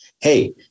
hey